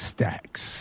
Stacks